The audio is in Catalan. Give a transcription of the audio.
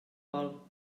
vol